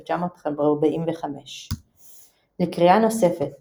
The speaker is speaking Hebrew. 1945. לקריאה נוספת